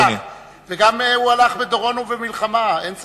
והוא הלך גם בדורון ובמלחמה, אין ספק.